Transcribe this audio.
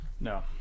No